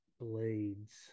Blades